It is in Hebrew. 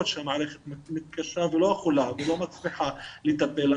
נוספות שהמערכת מתקשה ולא מצליחה לטפל,